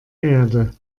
erde